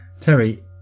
Terry